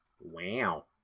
Wow